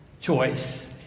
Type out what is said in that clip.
choice